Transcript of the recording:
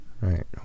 right